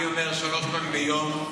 אני אומר שלוש פעמים ביום: